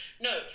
No